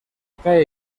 calle